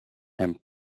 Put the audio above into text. and